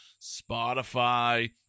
Spotify